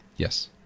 Yes